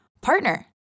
partner